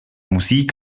musik